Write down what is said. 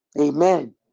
Amen